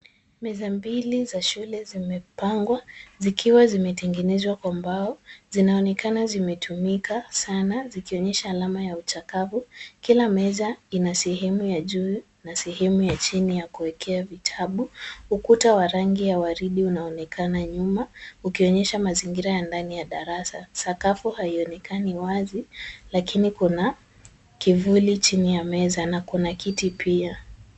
Meza mbili za shule zimepangwa zikiwa zimetengenezwa kwa mbao. Zinaonekana zimetumika sana zikionyesha alama ya uchakavu. Kila meza ina sehemu ya juu na sehemu ya chini ya kuwekea vitabu. Ukuta wa rangi ya waridi unaonekana nyuma ukionyesha mazingira ya ndani ya darasa. Sakafu haionekani wazi lakini kuna kivuli chini ya meza na kuna kiti pia.